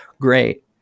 great